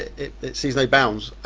it sees no bounds,